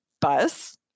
bus